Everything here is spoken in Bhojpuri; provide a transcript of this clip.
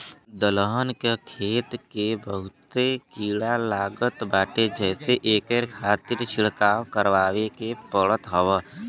दलहन के खेत के बहुते कीड़ा लागत बाटे जेसे एकरे खातिर छिड़काव करवाए के पड़त हौ